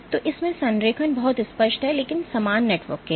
तो इसमें संरेखण बहुत स्पष्ट है लेकिन समान नेटवर्क के लिए